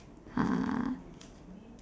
uh